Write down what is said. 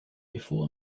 before